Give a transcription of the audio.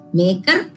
maker